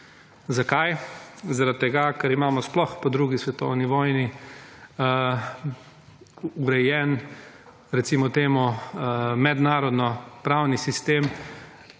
zaradi tega, ker imamo sploh po 2. svetovni vojni urejen, recimo temu mednarodno-pravni sistem